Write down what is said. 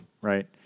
right